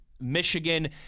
Michigan